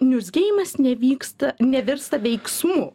niurzgėjimas nevyksta nevirsta veiksmu